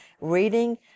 reading